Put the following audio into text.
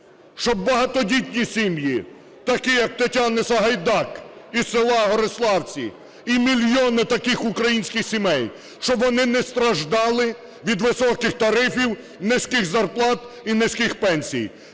щоб багатодітні сім'ї, так як Тетяни Сагайдак із села Гориславці, і мільйони таких українських сімей, щоб вони не страждали від високих тарифів, низьких зарплат і низьких пенсій.